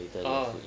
oh